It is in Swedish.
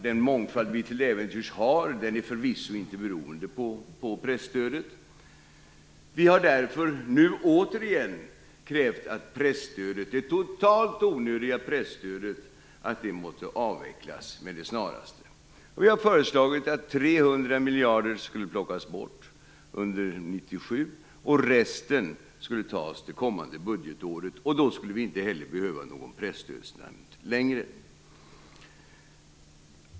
Den mångfald vi till äventyrs har är förvisso inte beroende av presstödet. Vi har därför nu återigen krävt att presstödet, det totalt onödiga pressstödet, måtte avvecklas med det snaraste. Vi har också föreslagit att 300 miljarder skulle plockas bort under 1997. Resten skulle tas det kommande budgetåret, och då skulle vi inte heller behöva någon presstödsnämnd längre.